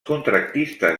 contractistes